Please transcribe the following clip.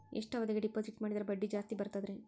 ಎಷ್ಟು ಅವಧಿಗೆ ಡಿಪಾಜಿಟ್ ಮಾಡಿದ್ರ ಬಡ್ಡಿ ಜಾಸ್ತಿ ಬರ್ತದ್ರಿ?